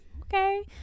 Okay